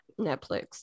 Netflix